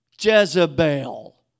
Jezebel